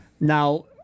Now